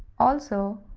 also,